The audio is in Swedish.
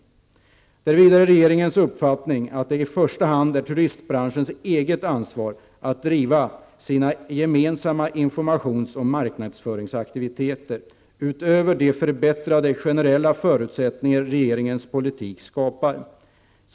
Det är vidare regeringens uppfattning att det i första hand är turistbranschens eget ansvar att driva sina gemensamma informations och marknadsföringsaktiviteter, utöver de förbättrade generella förutsättningar regeringens politik skapar.